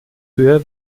höher